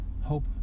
hope